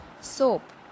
Soap